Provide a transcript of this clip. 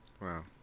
Wow